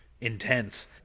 intense